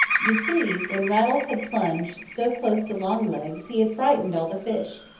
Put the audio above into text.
you see, when rattles had plunged so close to longlegs he had frightened all the fish.